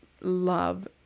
love